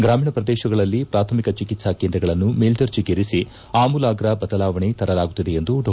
ಗ್ರಾಮೀಣ ಪ್ರದೇಶಗಳಲ್ಲಿ ಪಾಥಮಿಕ ಚಿಕಿತ್ಸಾ ಕೇಂದ್ರಗಳನ್ನು ಮೇಲ್ವರ್ಜೆಗೇರಿಸಿ ಅಮೂಲಾಗ್ರ ಬದಲಾವಣೆ ತರಲಾಗುತ್ತಿದೆ ಎಂದು ಡಾ